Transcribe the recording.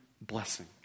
blessing